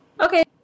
Okay